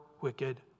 wicked